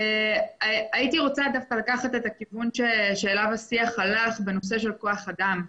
הייתי רוצה לקחת את הכיוון שאליו השיח הלך בנושא של כוח אדם.